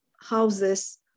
houses